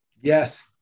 Yes